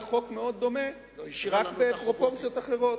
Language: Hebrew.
חוק מאוד דומה ורק בפרופורציות אחרות,